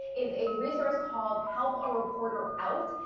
is a resource called, help a reporter out.